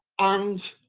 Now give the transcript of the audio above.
arms.